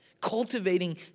cultivating